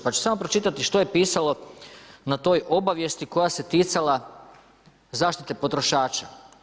Pa ću samo pročitati što je pisalo na toj obavijesti koja se ticala zaštite potrošača.